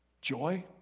joy